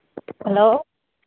hello